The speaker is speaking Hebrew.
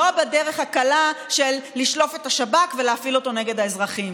לא בדרך הקלה של לשלוף את השב"כ ולהפעיל אותו נגד האזרחים.